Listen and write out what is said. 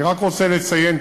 אני רק רוצה לציין,